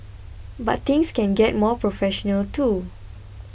but things can get more professional too